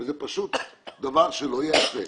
וזה פשוט דבר שלא ייעשה.